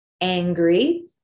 angry